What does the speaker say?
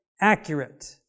accurate